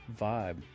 vibe